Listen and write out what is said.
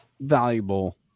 valuable